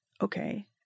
okay